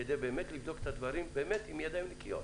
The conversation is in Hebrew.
כדי לבדוק את הדברים באמת בידיים נקיות.